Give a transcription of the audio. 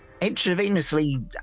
intravenously